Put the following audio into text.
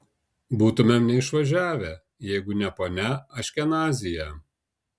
būtumėm neišvažiavę jeigu ne ponia aškenazyje